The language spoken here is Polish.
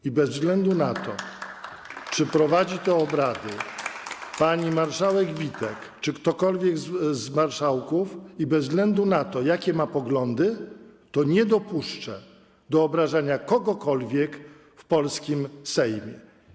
I bez względu na to, czy prowadzi te obrady pani marszałek Witek, czy ktokolwiek z marszałków, i bez względu na to, jakie ma poglądy, to nie dopuszczę do obrażania kogokolwiek w polskim Sejmie.